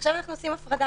עכשיו אנחנו עושים הפרדה.